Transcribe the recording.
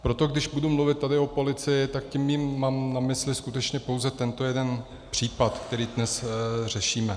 Proto když tady budu mluvit o policii, tak tím mám na mysli skutečně pouze tento jeden případ, který dnes řešíme.